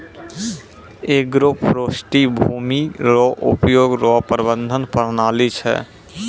agroforestry भूमी रो उपयोग रो प्रबंधन प्रणाली छै